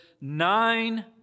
nine